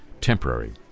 temporary